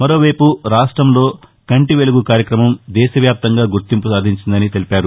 మరోవైపు రాష్టంలో కంటి వెలుగు కార్యక్రమం దేశవ్యాప్తంగా గుర్తింపు సాధించిందన్నారు